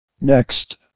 Next